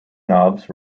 knobs